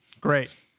Great